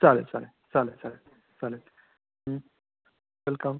चालेल चालेल चालेल चालेल चालेल वेलकम